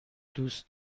دوست